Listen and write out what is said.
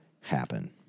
happen